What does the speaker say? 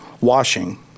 washing